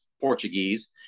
Portuguese